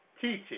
teaching